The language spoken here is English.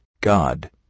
God